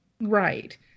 right